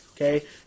okay